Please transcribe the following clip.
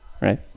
right